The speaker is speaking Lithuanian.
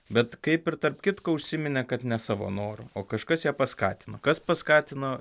bet kaip ir tarp kitko užsiminė kad ne savo noru o kažkas ją paskatino kas paskatino